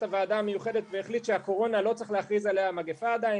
הוועדה המיוחדת והחליט שלא צריך להכריז על הקורונה מגיפה עדיין,